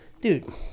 dude